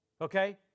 Okay